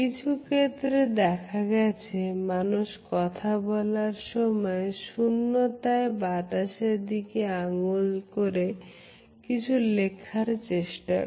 কিছু ক্ষেত্রে দেখা গেছে মানুষ কথা বলার সময় শূন্যতায় বাতাসের দিকে আঙ্গুল করে কিছু লেখার চেষ্টা করে